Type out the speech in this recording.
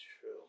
true